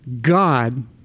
God